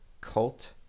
cult